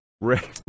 Rick